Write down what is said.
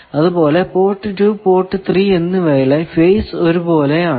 അതുപോലെ port 2 port 3 എന്നിവയിലെ phase ഒരുപോലെ ആണ്